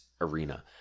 arena